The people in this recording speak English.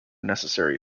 necessary